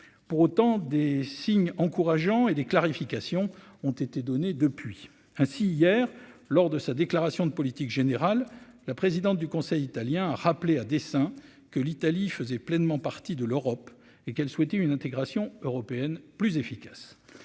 pour autant des signes encourageants et des clarifications ont été donnés depuis ainsi hier, lors de sa déclaration de politique générale, la présidente du Conseil italien a rappelé à dessein que l'Italie faisait pleinement partie de l'Europe et qu'elle souhaitait une intégration européenne plus efficace